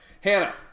Hannah